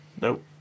Nope